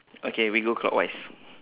okay we go clockwise